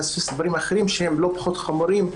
לפספס דברים אחרים שהם לא פחות חמורים,